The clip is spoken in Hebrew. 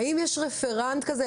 האם יש רפרנט כזה?